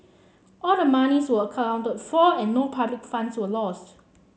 all the monies were accounted for and no public funds were lost